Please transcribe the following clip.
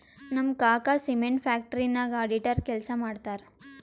ನಮ್ ಕಾಕಾ cement factory ನಾಗ್ ಅಡಿಟರ್ ಕೆಲ್ಸಾ ಮಾಡ್ತಾರ್